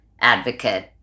advocate